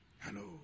hello